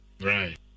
Right